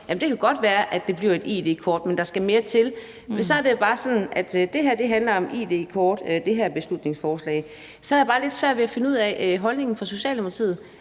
godt kan være, at det bliver et id-kort, men at der skal mere til. Nu er det bare sådan, at det her beslutningsforslag handler om id-kort, og så har jeg lidt svært ved at finde ud af holdningen hos Socialdemokratiet,